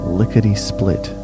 lickety-split